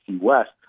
West